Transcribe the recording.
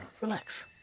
Relax